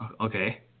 Okay